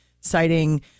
citing